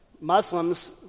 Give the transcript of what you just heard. Muslims